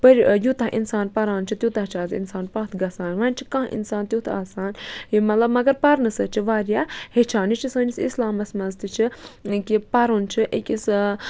پٔرۍ یوٗتاہ اِنسان پَران چھِ تیوٗتاہ چھِ اَز اِنسان پَتھ گژھان وۄنۍ چھِ کانٛہہ اِنسان تیُتھ آسان یہِ مطلب مگر پَرنہٕ سۭتۍ چھِ واریاہ ہیٚچھان یہِ چھِ سٲنِس اِسلامَس منٛز تہِ چھِ کہِ پَرُن چھِ أکِس